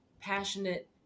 passionate